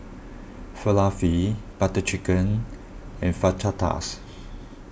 Falafel Butter Chicken and Fajitas